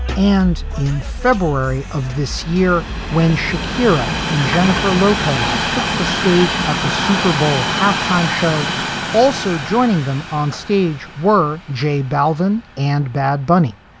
and in february of this year, when shakira and jennifer lopez took the stage at the super bowl halftime show also joining them on stage were jay belvin and bad bunny,